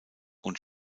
und